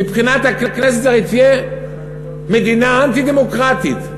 מבחינת הכנסת הרי תהיה מדינה אנטי-דמוקרטית.